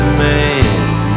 man